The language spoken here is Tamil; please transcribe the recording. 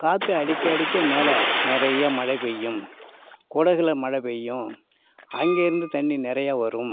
காற்று அடிக்க அடிக்க மேலே நிறைய மழை பெய்யும் குடகுல மழை பெய்யும் அங்கேயிருந்து தண்ணி நிறையா வரும்